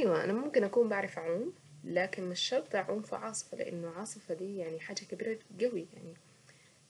ايوا انا ممكن اكون بعرف اعوم لكن مش شرط اعوم في عاصفة في لانه عاصفة دي يعني حاجة كبيرة قوي يعني